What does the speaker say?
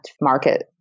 market